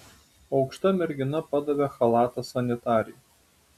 aukšta mergina padavė chalatą sanitarei